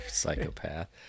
psychopath